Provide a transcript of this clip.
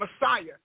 Messiah